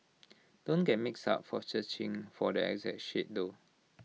don't get mixed up for searching for the exact shade though